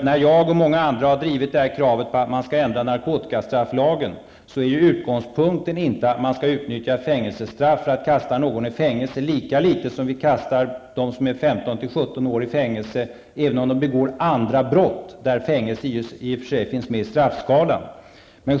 När jag och många andra har drivit kravet att narkotikastrafflagen skall ändras, är utgångspunkten inte att fängelsestraff skall utnyttjas för att kasta någon i fängelse, lika litet som vi kastar dem som är 15--17 år i fängelse även om de begår andra brott där fängelse i och för sig finns med i straffskalan.